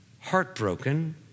heartbroken